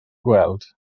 gweld